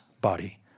body